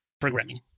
programming